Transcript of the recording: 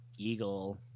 Eagle